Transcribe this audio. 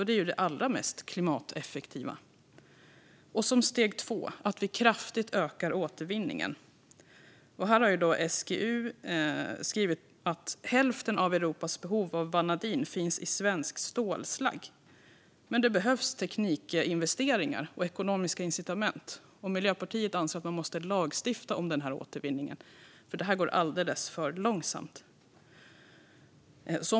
Det är det allra mest klimateffektiva. Nästa steg är att kraftigt öka återvinningen. SGU har skrivit att hälften av Europas behov av vanadin finns i svenskt stålslagg men att det behövs teknikinvesteringar och ekonomiska incitament. Miljöpartiet anser att det måste lagstiftas om återvinning, för det går alldeles för långsamt här.